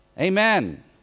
Amen